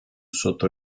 sotto